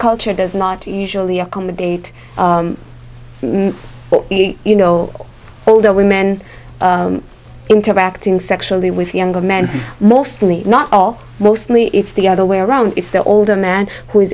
culture does not usually accommodate you know older men interacting sexually with younger men mostly not all mostly it's the other way around it's the older man who